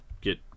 get